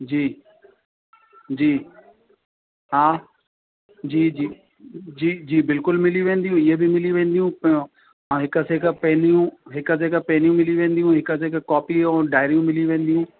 जी जी हा जी जी जी जी बिल्कुलु मिली वेंदियूं इहे बि मिली वेंदियूं पोइ ऐं हिकु ते हिकु पेनियूं हिकु ते हिकु पेनियूं मिली वेंदियूं हिकु ते हिकु कॉपी ऐं ॾाएरियूं मिली वेंदियूं